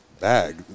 bag